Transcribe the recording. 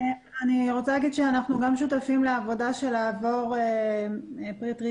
גם אנחנו שותפים לעבודה לעבור לפי פריטי